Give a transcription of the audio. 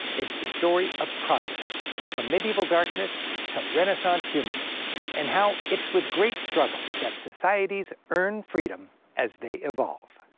it's the story of progress, from medieval darkness to renaissance humanism, and how it's with great struggle that societies earn freedom as they evolve.